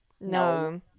no